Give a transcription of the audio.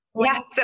Yes